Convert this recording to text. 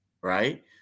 Right